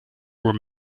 were